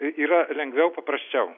yra lengviau paprasčiau